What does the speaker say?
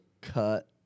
cut